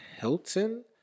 Hilton